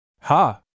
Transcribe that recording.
Ha